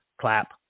clap